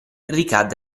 ricadde